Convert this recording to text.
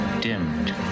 dimmed